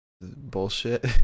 bullshit